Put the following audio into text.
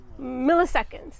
milliseconds